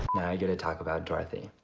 i get to talk about dorthy.